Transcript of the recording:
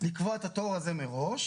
לקבוע את התור הזה מראש,